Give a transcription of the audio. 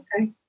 Okay